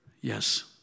Yes